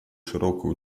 широкое